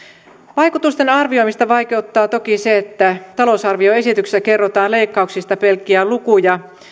vaikutusten arvioimista vaikeuttaa toki se että talousarvioesityksessä kerrotaan leikkauksista pelkkiä lukuja